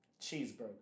Cheeseburger